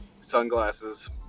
sunglasses